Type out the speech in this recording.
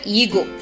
ego